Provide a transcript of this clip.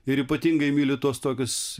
ir ypatingai myli tuos tokius